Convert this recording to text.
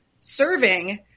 serving